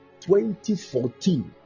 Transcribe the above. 2014